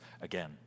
again